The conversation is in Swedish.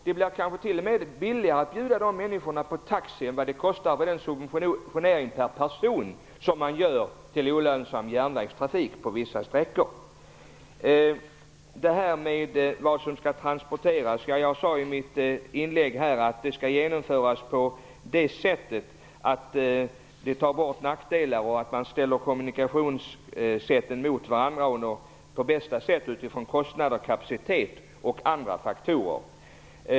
Det blir kanske t.o.m. billigare att erbjuda dessa människor taxi till tåget än vad det kostar per person att subventionera olönsam järnvägstrafik på vissa sträckor. Vad är det som skall transporteras var? Jag sade i mitt inlägg att detta skall genomföras på ett sådant sätt att man tar bort nackdelarna och att man ställer kommunikationssätten mot varandra och väljer det bästa sättet med tanke på kostnader, kapacitet och andra faktorer.